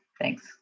Thanks